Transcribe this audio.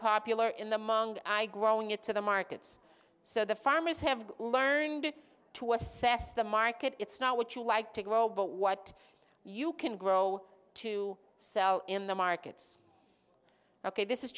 popular in the mung i growing it to the markets so the farmers have learned to assess the market it's not what you like to grow but what you can grow to sell in the markets ok this is